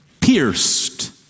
pierced